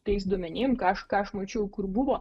tais duomenim ką ką aš mačiau kur buvo